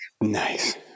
Nice